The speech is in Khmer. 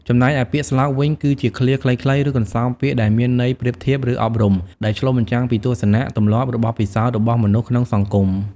ចំណែកឯពាក្យស្លោកវិញ គឺជាឃ្លាខ្លីៗ ឬកន្សោមពាក្យដែលមានន័យប្រៀបធៀប ឬអប់រំ ដែលឆ្លុះបញ្ចាំងពីទស្សនៈ ទម្លាប់ ឬបទពិសោធន៍របស់មនុស្សក្នុងសង្គម។